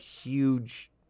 huge